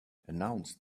announced